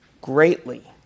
greatly